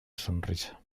sonrisa